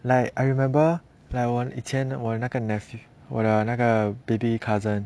like I remember like 我以前我那个 nephew 我的那个 baby cousin